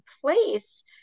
place